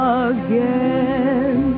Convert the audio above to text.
again